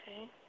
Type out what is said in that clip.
okay